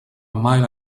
mile